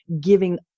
giving